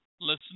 Listen